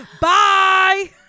bye